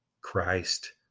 Christ